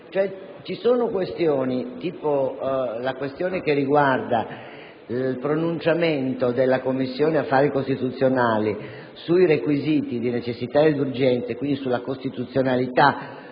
Ci sono questioni, come quella che riguarda il pronunciamento della Commissione affari costituzionali sui requisiti di necessità ed urgenza, quindi sulla costituzionalità